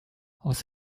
aus